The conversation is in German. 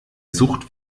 sucht